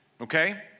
Okay